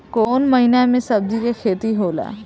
कोउन महीना में सब्जि के खेती होला?